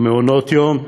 מעונות-היום,